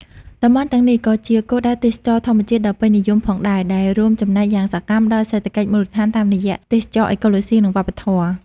តំបន់ទាំងនេះក៏ជាគោលដៅទេសចរណ៍ធម្មជាតិដ៏ពេញនិយមផងដែរ ដែលរួមចំណែកយ៉ាងសកម្មដល់សេដ្ឋកិច្ចមូលដ្ឋានតាមរយៈទេសចរណ៍អេកូឡូស៊ី និងវប្បធម៌។